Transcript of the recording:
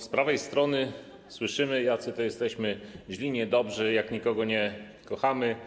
Z prawej strony słyszymy, jacy to jesteśmy źli, niedobrzy, jak nikogo nie kochamy.